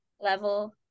level